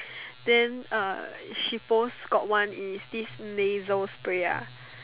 then uh she post got one is this Nasals spray ah